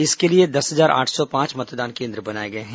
इसके लिए दस हजार आठ सौ पांच मतदान केन्द्र बनाए गए हैं